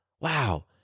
Wow